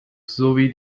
sowie